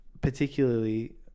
Particularly